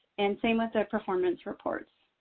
and same with the performance reports.